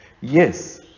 yes